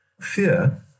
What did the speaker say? Fear